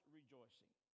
rejoicing